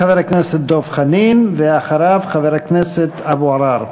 חבר הכנסת דב חנין, ואחריו, חבר הכנסת אבו עראר.